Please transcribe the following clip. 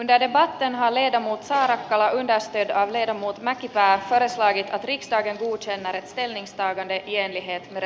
ideoiden varten halli ja muut saarakkala neste dale ja muut mäkipää veera sai prix tarkentuu sen määrittelinista on etienne de